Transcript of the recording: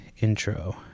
intro